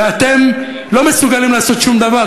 ואתם לא מסוגלים לעשות שום דבר,